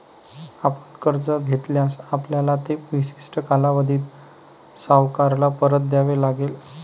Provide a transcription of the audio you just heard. आपण कर्ज घेतल्यास, आपल्याला ते विशिष्ट कालावधीत सावकाराला परत द्यावे लागेल